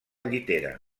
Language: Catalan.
llitera